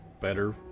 better